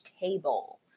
table